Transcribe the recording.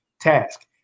task